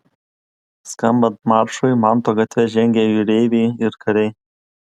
skambant maršui manto gatve žengė jūreiviai ir kariai